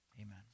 amen